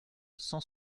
cent